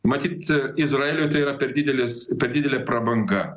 matyt izraeliui tai yra per didelis per didelė prabanga